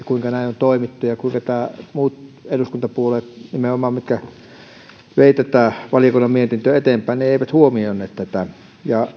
kuinka näin on toimittu ja kuinka nimenomaan nämä muut eduskuntapuolueet mitkä veivät tätä valiokunnan mietintöä eteenpäin eivät huomioineet tätä ja